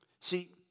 See